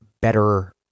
better